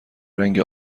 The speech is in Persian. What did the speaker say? رنگ